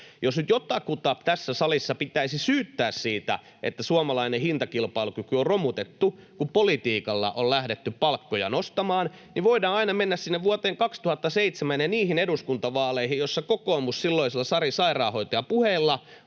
nyt jotakuta tässä salissa pitäisi syyttää siitä, että suomalainen hintakilpailukyky on romutettu, kun politiikalla on lähdetty palkkoja nostamaan, niin voidaan aina mennä sinne vuoteen 2007 ja niihin eduskuntavaaleihin, joissa kokoomus silloisilla Sari Sairaanhoitaja -puheilla